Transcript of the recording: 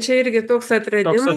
čia irgi toks atradimas